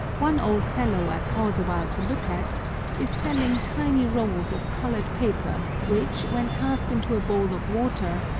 one old fellow i pause awhile to look at is selling tiny rolls of colored paper which, when cast into a bowl of water,